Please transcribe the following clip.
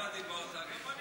אתה דיברת, גם אני